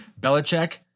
Belichick